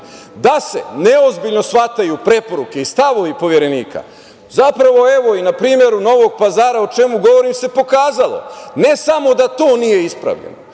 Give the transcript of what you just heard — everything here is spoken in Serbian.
se neozbiljno shvataju preporuke i stavovi poverenika zapravo evo i na primeru Novog Pazara o čemu govorim se pokazalo. Ne samo da to nije ispravno,